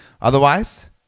Otherwise